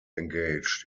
engaged